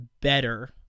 Better